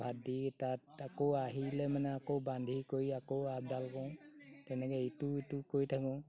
ভাত দি তাত আকৌ আহিলে মানে আকৌ বান্ধি কৰি আকৌ আপডাল কৰোঁ তেনেকৈ ইটো সিটো কৰি থাকোঁ